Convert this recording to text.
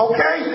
Okay